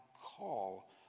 call